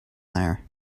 there